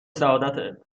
سعادتت